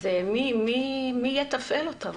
אז מי יתפעל אותם?